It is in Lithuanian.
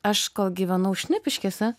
aš kol gyvenau šnipiškėse